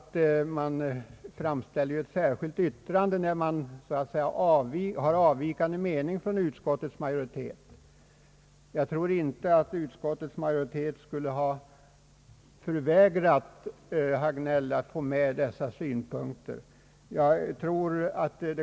Man framställer ju ett särskilt yttrande när man har en från utskottets majoritet avvikande mening. Jag tror inte att utskottets majoritet skulle ha förvägrat herr Hagnell att få med de synpunkter han framför i sitt yttrande.